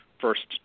first